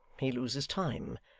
he loses time,